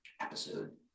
episode